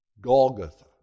Golgotha